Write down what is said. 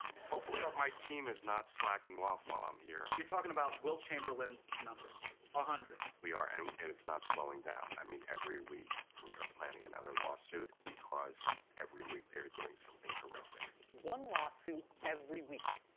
hopefully, my team is not slacking off while i'm here. you're talking about wilt chamberlain numbers. a hundred? we are, and and it's not slowing down. i mean, every week we are planning another lawsuit because every week they're doing something horrific. one lawsuit every week.